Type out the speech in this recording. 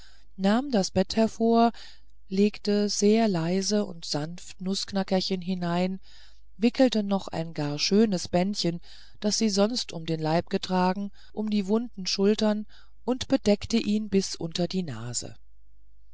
nahm das bette hervor legte sehr leise und sanft nußknackerchen hinein wickelte noch ein gar schönes bändchen das sie sonst um den leib getragen um die wunden schultern und bedeckte ihn bis unter die nase